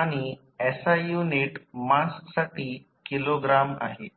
आणि SI unit माससाठी kilogram आहे